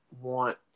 want